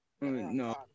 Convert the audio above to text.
No